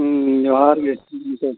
ᱦᱮᱸ ᱡᱚᱦᱟᱨ ᱜᱮ